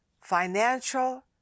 financial